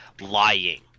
lying